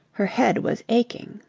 her head was aching.